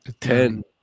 ten